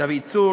דוד צור,